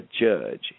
judge